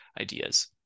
ideas